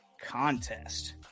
Contest